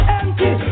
empty